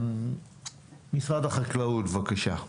משרד החקלאות, בבקשה.